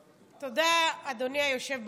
תודה, אדוני היושב בראש.